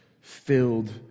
filled